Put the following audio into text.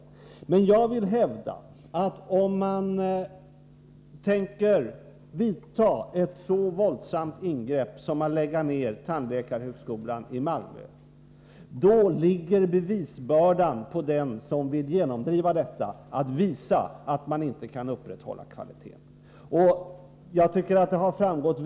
Om man emellertid ämnar göra ett så våldsamt ingrepp som att lägga ned tandläkarhögskolan i Malmö, då hävdar jag att det åligger dem som vill genomdriva detta att bevisa att det inte går att upprätthålla kvaliteten utan denna nedläggning.